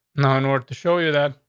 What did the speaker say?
now, in order to show you that,